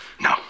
no